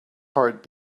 heart